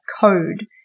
code